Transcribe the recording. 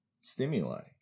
stimuli